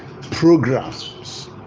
programs